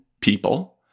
people